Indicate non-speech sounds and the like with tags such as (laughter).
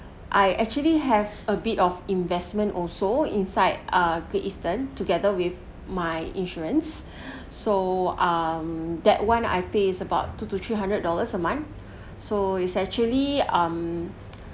I actually have a bit of investment also inside ah Great Eastern together with my insurance (breath) so um that one I pay is about two to three hundred dollars a month (breath) so it's actually um (noise)